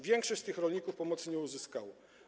Większość tych rolników pomocy nie uzyskała.